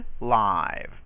live